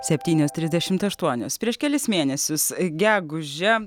septynios trisdešimt aštuonios prieš kelis mėnesius gegužę